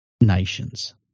nations